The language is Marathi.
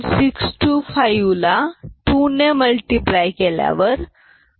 625 ला 2 ने मल्टिपल केल्यावर 1